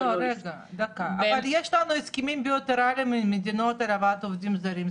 אבל יש לנו הסכמים בילטרליים עם מדינות על הבאת עובדים זרים.